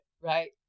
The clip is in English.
right